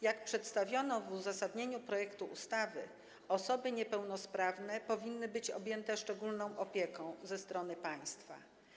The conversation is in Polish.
Jak przedstawiono w uzasadnieniu projektu ustawy, osoby niepełnosprawne powinny być objęte szczególną opieką ze strony państwa.